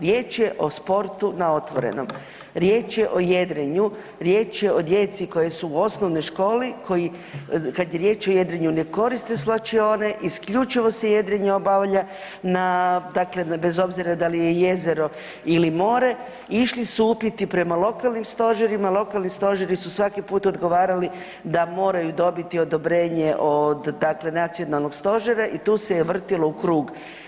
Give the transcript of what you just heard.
Riječ je o sportu na otvorenom, riječ je o jedrenju, riječ je o djeci koja su u osnovnoj školi koji kad je riječ o jedrenju ne koriste svlačione, isključivo se jedrenje obavlja na, dakle bez obzira da li jezero ili more, išli su upiti prema lokalnim stožerima, lokalni stožeri su svaki put odgovarali da moraju dobiti odobrenje od dakle nacionalnog stožera i tu se je vrtilo u krug.